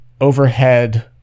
overhead